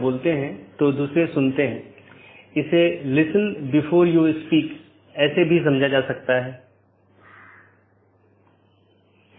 कुछ और अवधारणाएं हैं एक राउटिंग पॉलिसी जो महत्वपूर्ण है जोकि नेटवर्क के माध्यम से डेटा पैकेट के प्रवाह को बाधित करने वाले नियमों का सेट है